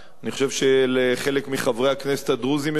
אני חושב שלחלק מחברי הכנסת הדרוזים יש גם